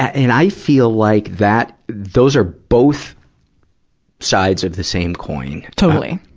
and i feel like that, those are both sides of the same coin. totally.